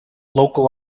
local